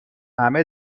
همه